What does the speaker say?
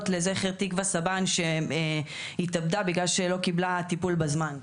לזכר תקווה סבאן שהתאבדה בגלל שלא קיבלה טיפול בזמן.